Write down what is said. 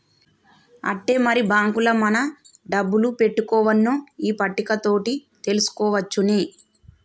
ఆట్టే మరి బాంకుల మన డబ్బులు పెట్టుకోవన్నో ఈ పట్టిక తోటి తెలుసుకోవచ్చునే